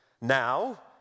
Now